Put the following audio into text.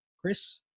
Chris